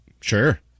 Sure